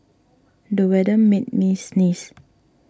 the weather made me sneeze